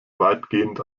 weitgehend